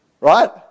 Right